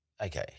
okay